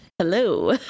Hello